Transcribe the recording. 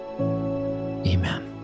Amen